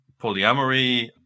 polyamory